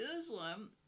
Islam